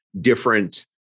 different